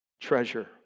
Treasure